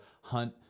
hunt